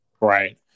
Right